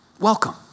Welcome